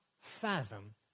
fathom